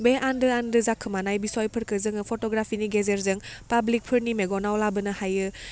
बे आन्दो आन्दो जाखोमानाय बिसयफोरखो जोङो फट'ग्राफिनि गेजेरजों पाब्लिकफोरनि मेगनाव लाबोनो हायो